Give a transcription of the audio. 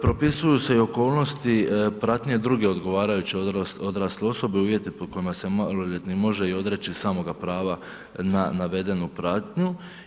Propisuju se i okolnosti pratnje druge odgovarajuće odrasle osobe, uvjeti po kojima se maloljetnik može i odreći samoga prava na navedenu pratnju.